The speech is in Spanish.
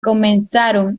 comenzaron